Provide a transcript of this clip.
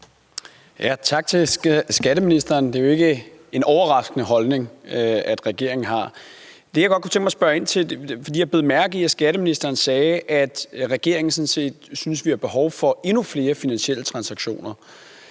Tak til skatteministeren. Det er jo ikke en overraskende holdning, regeringen har. Jeg bed mærke i, at skatteministeren sagde, at regeringen sådan set synes, at vi har behov for endnu flere finansielle transaktioner.